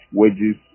wages